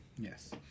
Yes